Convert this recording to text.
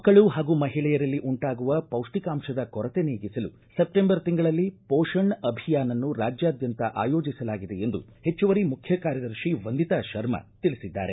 ಮಕ್ಕಳು ಪಾಗೂ ಮಹಿಳೆಯರಲ್ಲಿ ಉಂಟಾಗುವ ಪೌಷ್ಟಿಕಾಂಶದ ಕೊರತೆ ನೀಗಿಸಲು ಸೆಪ್ಟೆಂಬರ್ ತಿಂಗಳಿನಲ್ಲಿ ಮೋಷಣ್ ಅಭಿಯಾನ್ಅನ್ನು ರಾಜ್ಯಾದ್ಯಂತ ಆಯೋಜಿಸಲಾಗಿದೆ ಎಂದು ಪೆಚ್ಚುವರಿ ಮುಖ್ಯ ಕಾರ್ಯದರ್ಶಿ ವಂದಿತಾ ಶರ್ಮಾ ತಿಳಿಸಿದ್ದಾರೆ